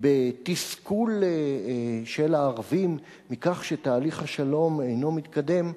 בתסכול של הערבים מכך שתהליך השלום אינו מתקדם,